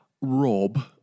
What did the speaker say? Rob